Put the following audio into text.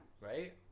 right